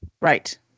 Right